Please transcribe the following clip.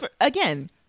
again